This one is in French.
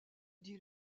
dit